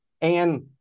And-